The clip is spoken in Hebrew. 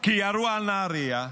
כי ירו על נהריה,